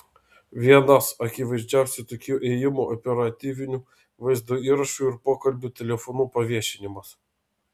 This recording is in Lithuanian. vienas akivaizdžiausių tokių ėjimų operatyvinių vaizdo įrašų ir pokalbių telefonu paviešinimas